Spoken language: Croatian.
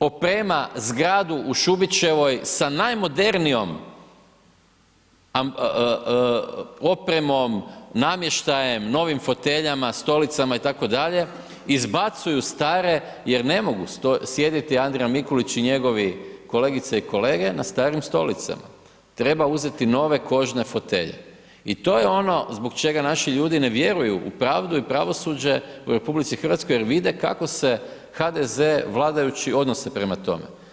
oprema zgradu u Šubićevoj sa najmodernijom opremom, namještajem, novim foteljama, stolicama itd., izbacuju stare jer ne mogu sjediti Andrija Mikulić i njegovi kolegice i kolege na starim stolicama, treba uzeti nove kožne fotelje i to je ono zbog čega naši ljudi ne vjeruju u pravdu i pravosuđe u RH jer vide kako se HDZ vladajući odnose prema tome.